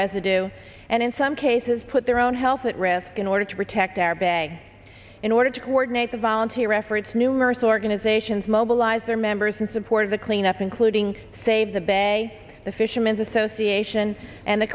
residue and in some cases put their own health at risk in order to protect our bay in order to coordinate the volunteer efforts numerous organizations mobilize their members in support of the cleanup including save the bay the fishermen's association and the